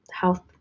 health